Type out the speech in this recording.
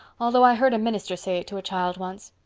although i heard a minister say it to a child once.